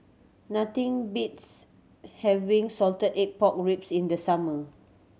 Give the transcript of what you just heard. nothing beats having salted egg pork ribs in the summer